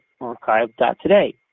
archive.today